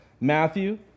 Matthew